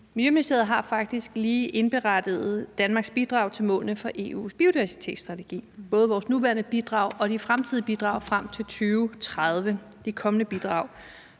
Miljøministeriet har faktisk lige indberettet Danmarks bidrag til målene for EU's biodiversitetsstrategi, både vores nuværende bidrag og de kommende fremtidige bidrag frem til 2030. For land har